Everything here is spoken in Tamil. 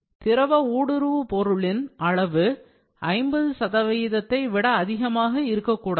திரவ ஊடுருவு பொருளின் அளவு 50 சதவீதத்தை விட அதிகமாகக் கூடாது